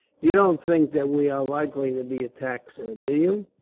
you don't think that we are likely to be attacked, sir, do you?